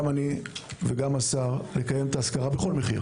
גם אני וגם סגן השר, לקיים את האזכרה בכל מחיר